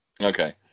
Okay